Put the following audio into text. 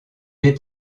est